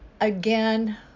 Again